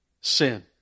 Sin